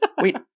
wait